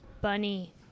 Bunny